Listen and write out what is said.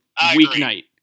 weeknight